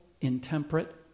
intemperate